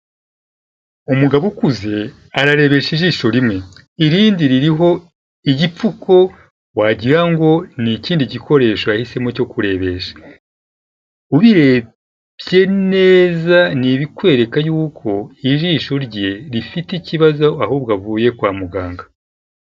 Umugabo ukuze ararebesha ijisho rimwe, irindi ririho igipfuko wagira ngo ni ikindi gikoresho yahisemo cyo kurebesha, urirebye neza ni ibikwereka yuko ijisho rye rifite ikibazo ahubwo avuye kwa muganga.